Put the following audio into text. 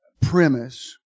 premise